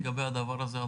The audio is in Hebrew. אפשר שאלה לגבי הדבר הזה?